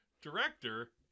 Director